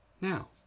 now